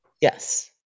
Yes